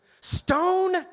stone